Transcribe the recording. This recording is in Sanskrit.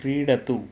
क्रीडतु